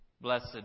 Blessed